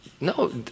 no